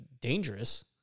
dangerous